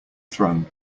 throne